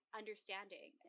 understanding